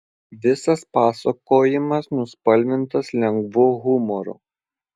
visas pasakojimas nuspalvintas lengvu humoru